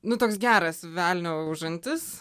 nu toks geras velnio užantis